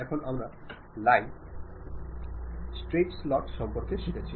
এখন আমরা লাইন আয়তক্ষেত্র স্ট্রেইট স্লট সম্পর্কে শিখেছি